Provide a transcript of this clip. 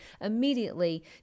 immediately